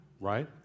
right